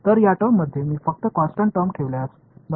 तर या टर्ममध्ये मी फक्त कॉन्स्टन्ट टर्म ठेवल्यास मला काय मिळेल